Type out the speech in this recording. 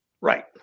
Right